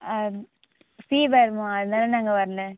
ஆ ஃபீவர்மா அதனால் நாங்கள் வரல